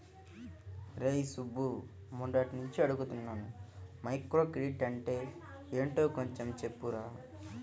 రేయ్ సుబ్బు, మొన్నట్నుంచి అడుగుతున్నాను మైక్రోక్రెడిట్ అంటే యెంటో కొంచెం చెప్పురా